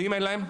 ואם אין להם?